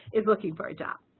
is looking for a job.